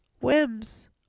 Whims